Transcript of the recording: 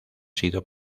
sido